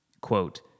Quote